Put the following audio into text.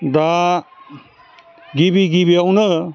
दा गिबि गिबियावनो